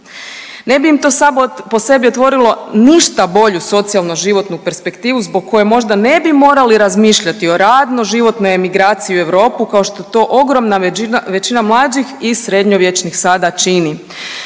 Ne bi to samo po sebi otvorilo ništa bolju socijalno životnu perspektivu zbog koje možda ne bi morali razmišljati o radno životnoj emigraciji u Europu kao što ogromna većina mlađih i srednjovječnih sada čini.